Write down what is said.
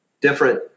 different